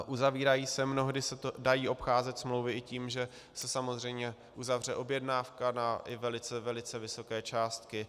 Uzavírají se, mnohdy se dají obcházet smlouvy i tím, že se samozřejmě uzavře objednávka i na velice vysoké částky.